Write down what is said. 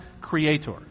creator